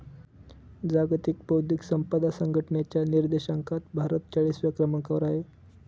जागतिक बौद्धिक संपदा संघटनेच्या निर्देशांकात भारत चाळीसव्या क्रमांकावर आहे